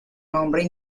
nombre